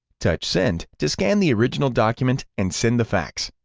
touch send to scan the original document and send the fax.